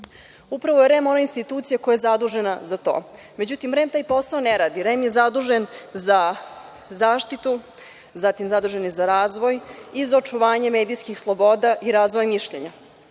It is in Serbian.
Upravo je REM ona institucija koja je zadužena za to. Međutim, REM taj posao ne radi. REM je zadužen za zaštitu, zatim, zadužen je razvoj i za očuvanje medijskih sloboda i razvoja mišljenja.